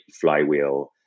flywheel